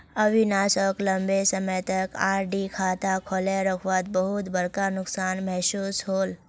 अविनाश सोक लंबे समय तक आर.डी खाता खोले रखवात बहुत बड़का नुकसान महसूस होल